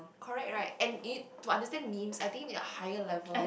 correct right and it to understand memes I think need a higher level